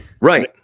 right